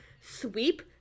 sweep